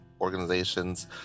organizations